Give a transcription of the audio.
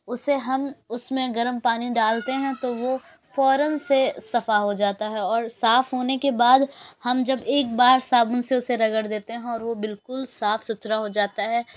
اسے ہم اس میں گرم پانی ڈالتے ہیں تو وہ فوراً سے صفا ہو جاتا ہے اور صاف ہونے کے بعد ہم جب ایک بار صابن سے اسے رگڑ دیتے ہیں اور وہ بالکل صاف ستھرا ہو جاتا ہے